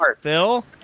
Phil